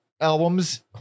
albums